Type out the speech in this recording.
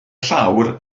llawr